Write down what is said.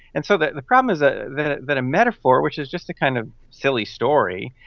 and so the the problem is ah that that a metaphor, which is just a kind of silly story,